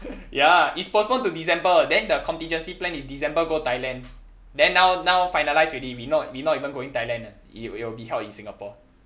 ya it's postponed to december then the contingency plan is december go thailand then now now finalised already we not we not even going thailand eh it it will be held in singapore